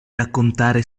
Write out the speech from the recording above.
raccontare